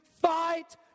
fight